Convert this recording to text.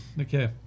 Okay